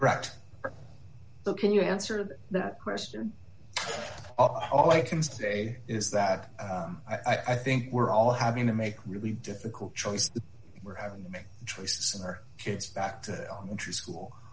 the can you answer to that question all i can say is that i think we're all having to make really difficult choice we're having to make choices and our kids back to elementary school